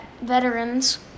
veterans